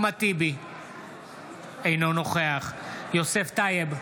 אינו נוכח יוסף טייב,